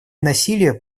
насилие